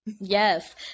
Yes